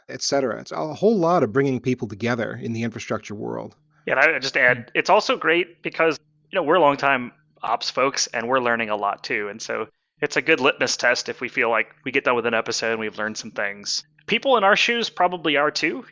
et cetera. it's a whole lot of bringing people together in the infrastructure world i'll yeah and just add. it's also great, because you know we're long time ops folks and we're learning a lot too. and so it's a good litmus test if we feel like we get down with an episode and we've learned some things. people in our shoes probably are too.